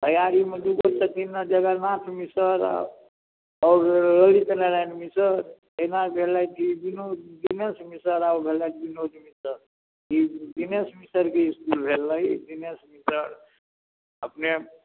भैआरीमे दुगो छथिन ने जगरनाथ मिसर आ आओर ललित नारायण मिसर तहिना भेलथि ई बिनोद दिनेश मिसर आ ओ भेलथि बिनोद मिसर ई दिनेश मिसरके इसकूल भेलै दिनेश मिसर अपने